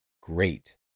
great